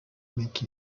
make